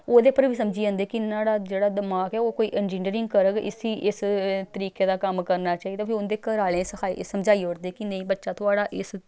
ओह्दे पर बी समझी जंदे कि न्हाड़ा जेह्ड़ा दमाग ऐ ओह् कोई इंजीनियरिंग करग इसी इस तरीके दा कम्म करना चाहिदा फ्ही उं'दे घरै आह्लें गी सखाई समझाई ओड़दे कि नेईं बच्चा थुआढ़ा इस